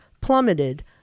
plummeted